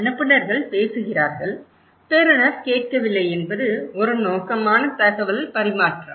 அனுப்புநர்கள் பேசுகிறார்கள் பெறுநர் கேட்கவில்லை என்பது ஒரு நோக்கமான தகவல் பரிமாற்றம்